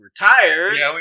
retires